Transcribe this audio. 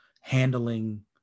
handling